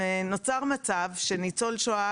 נוצר מצב שניצולי שואה